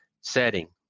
setting